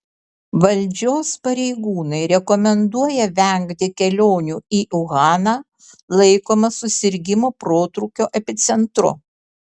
valdžios pareigūnai rekomenduoja vengti kelionių į uhaną laikomą susirgimų protrūkio epicentru